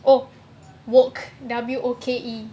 oh woke W O K E